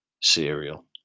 cereal